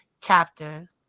chapter